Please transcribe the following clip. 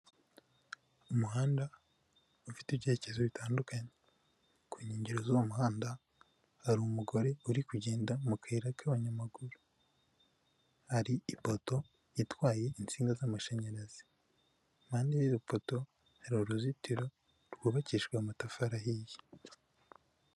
Umuhanda ufite ibyerekezo bitandukanye. Ku nkengero z'uwo muhanda, hari umugore uri kugenda mu kayira k'abanyamaguru. Hari ipoto itwaye insinga z'amashanyarazi. Iruhande y'urupoto hari uruzitiro rwubakijwe amatafari ahiye.